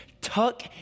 tuck